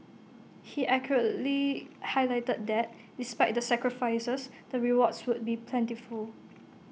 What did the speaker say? he accurately highlighted that despite the sacrifices the rewards would be plentiful